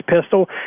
pistol